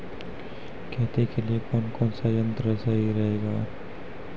खेती के लिए कौन कौन संयंत्र सही रहेगा?